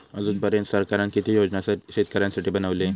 अजून पर्यंत सरकारान किती योजना शेतकऱ्यांसाठी बनवले?